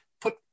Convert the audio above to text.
put